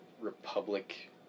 republic